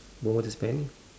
lowered his pant